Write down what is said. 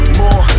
more